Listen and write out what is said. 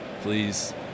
please